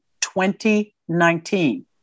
2019